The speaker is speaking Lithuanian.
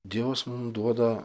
dievas mum duoda